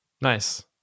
Nice